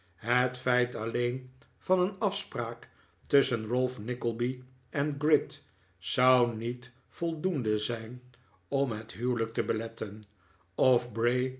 het feit alleen van een afspraak tusschen ralph nickleby en gride zou niet voldoende zijn om het huwelijk te beletten of bray